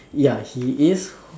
ya he is